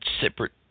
separate